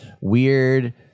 weird